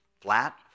flat